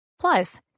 Plus